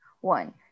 One